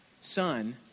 Son